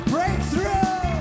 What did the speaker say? Breakthrough